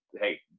hey